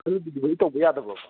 ꯑꯗꯨ ꯗꯤꯂꯤꯕꯔꯤ ꯇꯧꯕ ꯌꯥꯗꯕ꯭ꯔꯣ